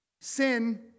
Sin